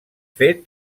fet